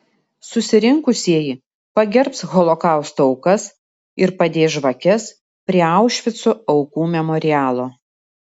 susirinkusieji pagerbs holokausto aukas ir padės žvakes prie aušvico aukų memorialo